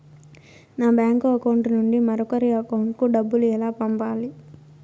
నా bank account నుండి మరొకరి అకౌంట్ కు డబ్బులు ఎలా పంపాలి